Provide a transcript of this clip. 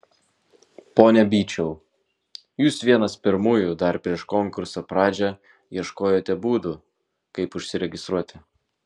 pone byčiau jūs vienas pirmųjų dar prieš konkurso pradžią ieškojote būdų kaip užsiregistruoti